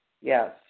Yes